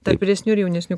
tarp vyresnių ir jaunesnių